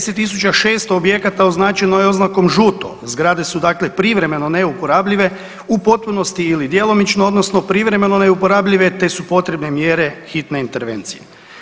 10 600 objekata označeno je oznakom žuto, zgrade su dakle privremeno neuporabljive, u potpunosti ili djelomično, odnosno privremeno neuporabljive te su potrebne mjere hitne intervencije.